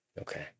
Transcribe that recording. Okay